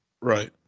Right